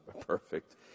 perfect